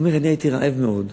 הוא אומר: אני הייתי רעב מאוד,